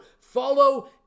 Follow